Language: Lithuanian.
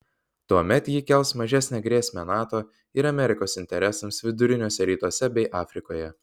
tuomet ji kels mažesnę grėsmę nato ir amerikos interesams viduriniuose rytuose bei afrikoje